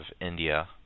India